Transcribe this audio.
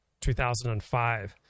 2005